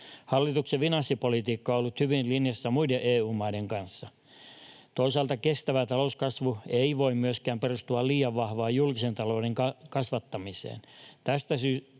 Hallituksen finanssipolitiikka on ollut hyvin linjassa muiden EU-maiden kanssa. Toisaalta kestävä talouskasvu ei voi myöskään perustua liian vahvaan julkisen talouden kasvattamiseen. Tästä syystä